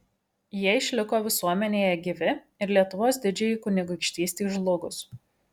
jie išliko visuomenėje gyvi ir lietuvos didžiajai kunigaikštystei žlugus